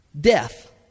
Death